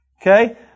okay